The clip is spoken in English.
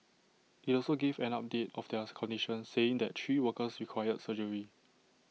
IT also gave an update of their condition saying that three workers required surgery